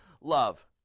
love